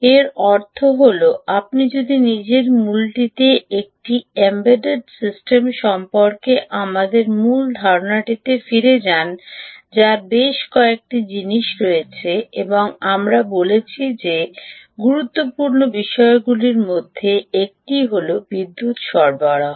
এর অর্থ হল আপনি যদি নিজের মূলটিতে একটি এম্বেড থাকা সিস্টেম সম্পর্কে আমাদের মূল ধারণাটি ফিরে যান যার বেশ কয়েকটি জিনিস রয়েছে এবং আমরা বলেছি যে গুরুত্বপূর্ণ বিষয়গুলির মধ্যে একটি হল বিদ্যুৎ সরবরাহ